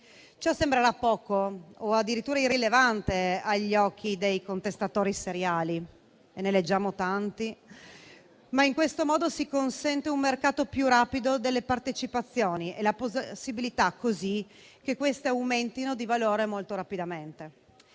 Ciò sembrerà poco, o addirittura irrilevante agli occhi dei contestatori seriali (e ne leggiamo tanti), ma in questo modo si consente un mercato più rapido delle partecipazioni e la possibilità che queste aumentino di valore molto rapidamente.